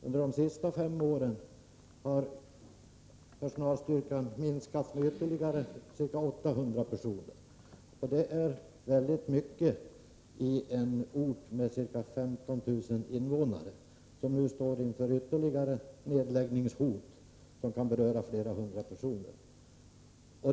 Under de senaste fem åren har personalstyrkan minskat ytterligare med ca 800 personer. Det är väldigt mycket i en ort med ca 15 000 invånare, som nu står inför ytterligare nedläggningshot som kan beröra flera hundra personer.